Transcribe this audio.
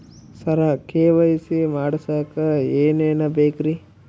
ಸರ KYC ಮಾಡಸಕ್ಕ ಎನೆನ ಬೇಕ್ರಿ?